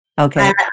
Okay